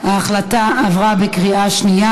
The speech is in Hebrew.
חקיקה ליישום המדיניות הכלכלית לשנות התקציב 2015 ו-2016),